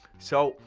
so,